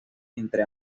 entre